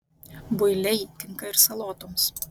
builiai tinka ir salotoms